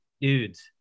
dudes